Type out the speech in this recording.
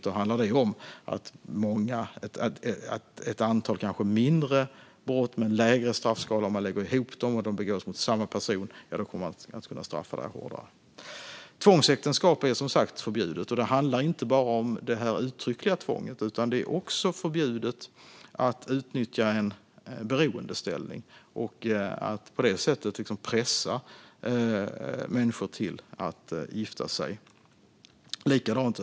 Då handlar det om att man kanske lägger ihop ett antal mindre brott med en lägre straffskala som begås mot samma person, och då kommer detta att kunna straffas hårdare. Tvångsäktenskap är, som sagt, förbjudet. Det handlar inte bara om det uttryckliga tvånget, utan det är också förbjudet att utnyttja en beroendeställning och på det sättet pressa människor till att gifta sig.